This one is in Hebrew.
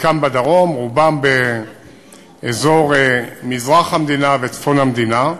חלקם בדרום, רובם באזור מזרח המדינה וצפון המדינה.